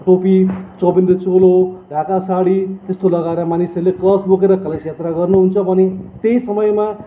चौबन्दी चोलो ढाका साडी त्यस्तो लगाएर मानिसहरूले कलस बोकेर कलस यात्रा गर्नु हुन्छ भने त्यही समयमा